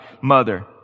mother